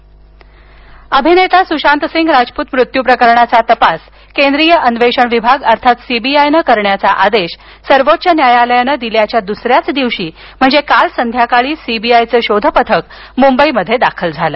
सुशांत अभिनेता सुशातसिंग राजपूत मृत्यू प्रकरणाचा तपास केंद्रीय अन्वेषण विभाग अर्थात सीबीआयनं करण्याचा आदेश सर्वोच्च न्यायालयानं दिल्याच्या दुसऱ्याच दिवशी म्हणजे काल संध्याकाळी सीबीआयचं शोधपथक मुंबईत दाखल झालं